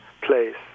place